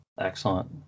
Excellent